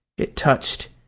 it touched,